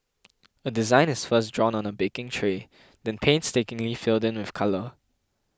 a design is first drawn on a baking tray then painstakingly filled in with colour